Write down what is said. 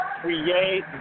create